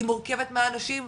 היא מורכבת מאנשים טובים,